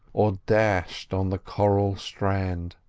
or dashed on the coral strand.